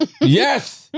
yes